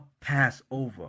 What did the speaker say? Passover